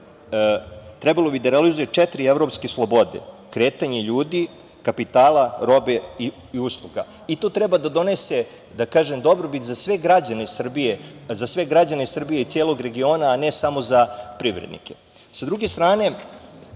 trebalo bi da realizuje četiri evropske slobode – kretanje ljudi, kapitala, robe i usluga i to treba da donese, da kažem, dobrobit za sve građane Srbije i celog regiona, a ne samo za privrednike. Sa druge strane,